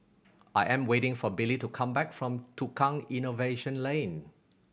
I am waiting for Billy to come back from Tukang Innovation Lane